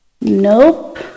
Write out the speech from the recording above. Nope